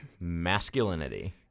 masculinity